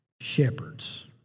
shepherds